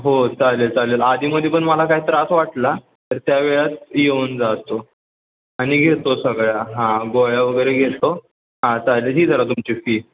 हो चालेल चालेल अध्येमध्ये पण मला काय त्रास वाटला तर त्यावेळात येऊन जातो आणि घेतो सगळ्या हां गोळ्या वगैरे घेतो हां चालेल ही धरा तुमची फी